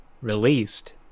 released